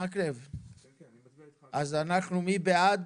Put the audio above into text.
מי בעד?